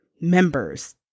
members